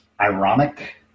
ironic